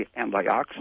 antioxidant